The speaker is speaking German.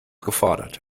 gefordert